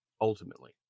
ultimately